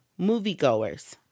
moviegoers